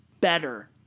better